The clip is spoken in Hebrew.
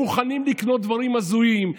הם מוכנים לקנות דברים הזויים,